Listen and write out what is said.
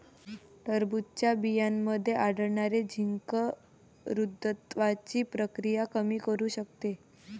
टरबूजच्या बियांमध्ये आढळणारे झिंक वृद्धत्वाची प्रक्रिया कमी करू शकते